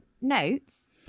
notes